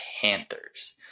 Panthers